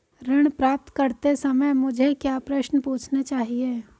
ऋण प्राप्त करते समय मुझे क्या प्रश्न पूछने चाहिए?